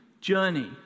journey